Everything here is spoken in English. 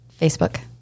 Facebook